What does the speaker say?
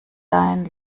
dein